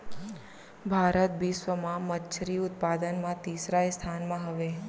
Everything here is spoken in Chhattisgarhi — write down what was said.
भारत बिश्व मा मच्छरी उत्पादन मा तीसरा स्थान मा हवे